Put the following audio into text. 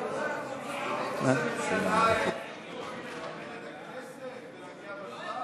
ראש הממשלה יואיל לכבד את הכנסת ולהגיע בזמן?